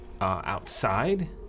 outside